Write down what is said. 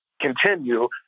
continue